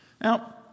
Now